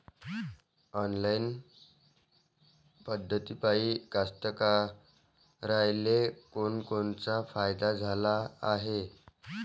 Online पद्धतीपायी कास्तकाराइले कोनकोनचा फायदा झाला हाये?